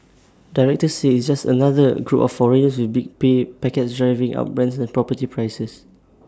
detractors say it's just another group of foreigners with big pay packets driving up rents and property prices